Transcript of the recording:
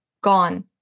gone